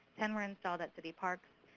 ten were installed at city parks.